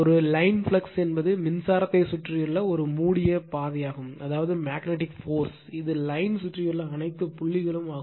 ஒரு line flux என்பது மின்சாரத்தைச் சுற்றியுள்ள ஒரு மூடிய பாதையாகும் அதாவது மேக்னட்டிக் போர்ஸ் இது லைன் சுற்றியுள்ள அனைத்து புள்ளிகளும் ஆகும்